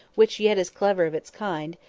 which yet is clever of its kind,